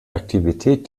aktivität